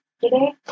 today